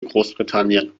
großbritannien